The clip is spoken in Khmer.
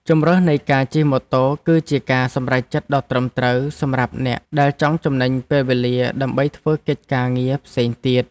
ជម្រើសនៃការជិះម៉ូតូគឺជាការសម្រេចចិត្តដ៏ត្រឹមត្រូវសម្រាប់អ្នកដែលចង់ចំណេញពេលវេលាដើម្បីធ្វើកិច្ចការងារផ្សេងទៀត។